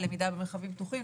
למידה במרחבים פתוחים,